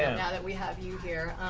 and now that we have you here.